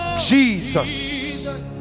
Jesus